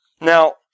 Now